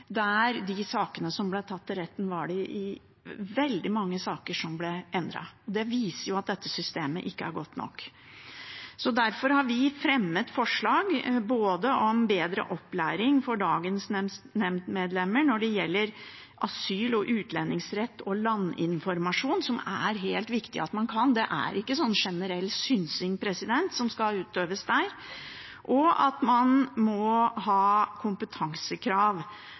de sakene som ble tatt til retten, ble veldig mange saker endret, og det viser at dette systemet ikke er godt nok. Derfor har vi fremmet forslag både om bedre opplæring for dagens nemndmedlemmer når det gjelder asyl- og utlendingsrett og landinformasjon, som det er veldig viktig at man kan, generell synsing skal ikke utøves der, om at man må ha kompetansekrav,